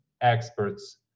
experts